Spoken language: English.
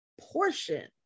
portion